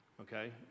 okay